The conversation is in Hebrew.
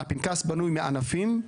הפנקס בנוי מענפים,